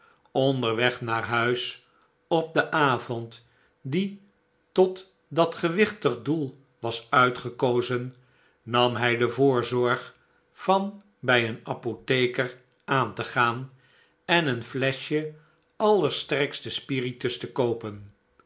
onderweg naar huis op den avond die tot dat gewichtig doel was uitgekozen nam hij de voorzorg van bij een apotheker aan te gaan en een flescbje aliersterkste spiritus te koopen